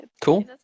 Cool